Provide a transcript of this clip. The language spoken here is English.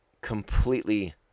completely